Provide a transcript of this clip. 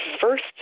first